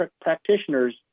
practitioners